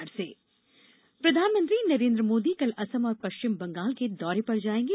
PM प्रधानमंत्री नरेन्द्र मोदी कल असम और पश्चिम बंगाल के दौरे पर जाएंगे